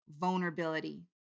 vulnerability